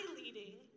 leading